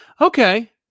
Okay